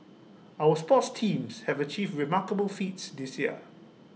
our sports teams have achieved remarkable feats this year